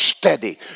steady